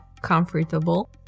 comfortable